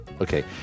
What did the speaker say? Okay